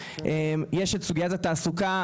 יש את סוגיית התעסוקה.